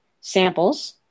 samples